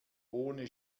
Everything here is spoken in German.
ohne